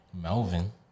Melvin